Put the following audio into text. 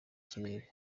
kirehe